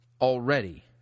already